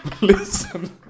Listen